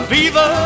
Viva